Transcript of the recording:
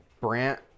Brant